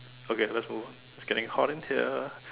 okay let's move on I getting hot in here